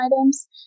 items